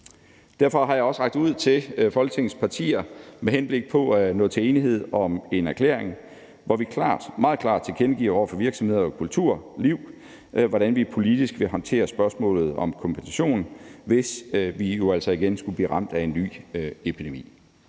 Derfor har jeg også rakt ud til Folketingets partier med henblik på at nå til enighed om en erklæring, hvor vi meget klart tilkendegiver over for virksomheder og kulturliv, hvordan vi politisk vil håndtere spørgsmålet om kompensation, hvis vi jo altså igen skulle blive ramt af en ny epidemi.